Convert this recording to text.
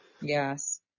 yes